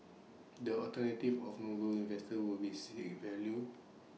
the alternative of Noble's investors will be seek value